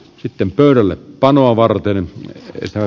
sitten pöydällepanoa varten omistaa